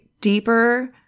deeper